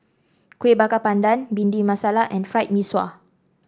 Kuih Bakar Pandan Bhindi Masala and Fried Mee Sua